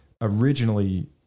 originally